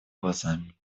глазами